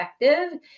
effective